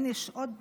עוד משפט,